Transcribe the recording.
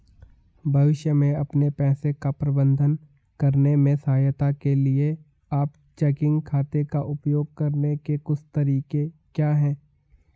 भविष्य में अपने पैसे का प्रबंधन करने में सहायता के लिए आप चेकिंग खाते का उपयोग करने के कुछ तरीके क्या हैं?